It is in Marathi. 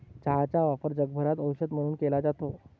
चहाचा वापर जगभरात औषध म्हणून केला जातो